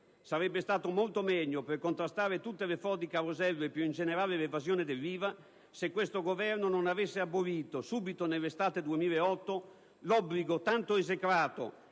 sarebbe stato molto meglio per contrastare tutte le frodi «carosello» e più in generale l'evasione dell'IVA, se questo Governo non avesse abolito subito, nell'estate del 2008, l'obbligo (tanto esecrato,